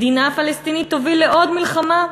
מדינה פלסטינית תוביל לעוד מלחמה.